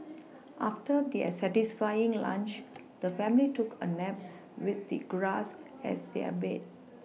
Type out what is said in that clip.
after their satisfying lunch the family took a nap with the grass as their bed